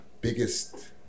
biggest